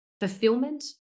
fulfillment